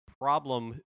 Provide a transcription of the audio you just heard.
problem